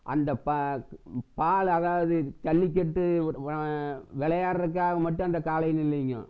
அந்த பா பால் அதாவது ஜல்லிக்கட்டு விளையாடுறதுக்காக மட்டும் அந்த காளைங்க இல்லைங்க